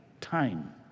Time